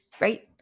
right